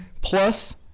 Plus